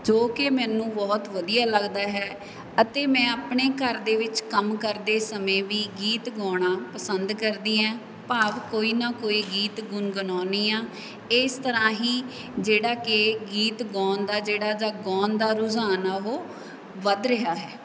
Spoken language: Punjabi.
ਜੋ ਕਿ ਮੈਨੂੰ ਬਹੁਤ ਵਧੀਆ ਲੱਗਦਾ ਹੈ ਅਤੇ ਮੈਂ ਆਪਣੇ ਘਰ ਦੇ ਵਿੱਚ ਕੰਮ ਕਰਦੇ ਸਮੇਂ ਵੀ ਗੀਤ ਗਾਉਣਾ ਪਸੰਦ ਕਰਦੀ ਹਾਂ ਭਾਵ ਕੋਈ ਨਾ ਕੋਈ ਗੀਤ ਗੁਣਗੁਣਾਉਂਦੀ ਹਾਂ ਇਸ ਤਰ੍ਹਾਂ ਹੀ ਜਿਹੜਾ ਕਿ ਗੀਤ ਗਾਉਣ ਦਾ ਜਿਹੜਾ ਜਾਂ ਗਾਉਣ ਦਾ ਰੁਝਾਨ ਆ ਉਹ ਵੱਧ ਰਿਹਾ ਹੈ